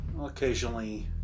Occasionally